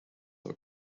are